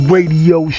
Radio